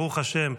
ברוך השם,